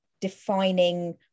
defining